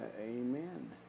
Amen